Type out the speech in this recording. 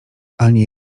ani